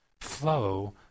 flow